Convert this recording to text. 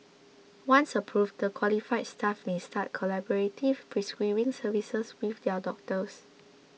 once approved the qualified staff may start collaborative prescribing services with their doctors